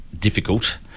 difficult